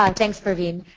um thanks praveen.